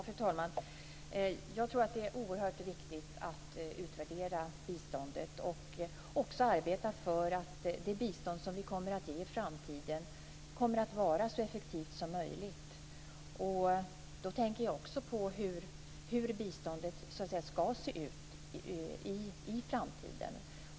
Fru talman! Jag tror att det är oerhört viktigt att utvärdera biståndet och också arbeta för att det bistånd som vi kommer att ge i framtiden skall vara så effektivt som möjligt. Då tänker jag också på hur biståndet skall se ut i framtiden.